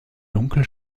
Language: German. dunkel